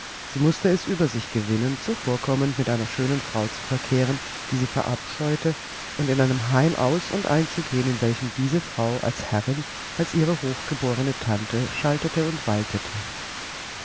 sie mußte es über sich gewinnen zuvorkommend mit einer schönen frau zu verkehren die sie verabscheute und in einem heim aus und ein zu gehen in welchem diese frau als herrin als ihre hochgeborene tante schaltete und waltete